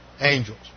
Angels